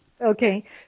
Okay